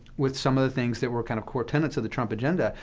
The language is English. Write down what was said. with some of the things that were kind of core tenets of the trump agenda.